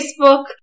facebook